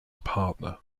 partner